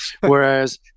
Whereas